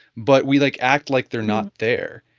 but we like act like they're not there